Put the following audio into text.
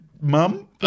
Mum